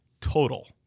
total